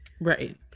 Right